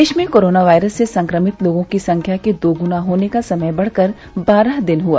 देश में corona virus से संक्रमित लोगों की संख्या के दोगुना होने का समय बढ़कर बारह दिन हुआ